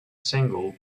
single